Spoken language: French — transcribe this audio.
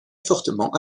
fortement